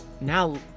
now